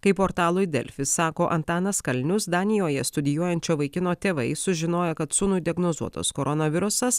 kaip portalui delfi sako antanas kalnius danijoje studijuojančio vaikino tėvai sužinoję kad sūnui diagnozuotas koronavirusas